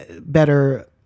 better